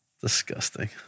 Disgusting